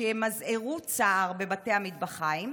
שימזערו צער בבתי המטבחיים?